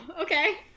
okay